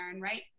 right